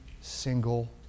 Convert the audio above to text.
single